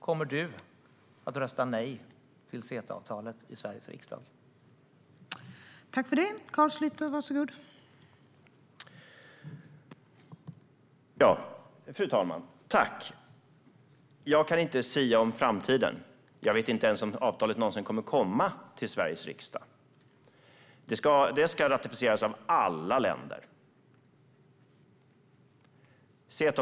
Kommer du att rösta nej till CETA-avtalet i Sveriges riksdag, Carl Schlyter?